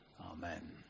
Amen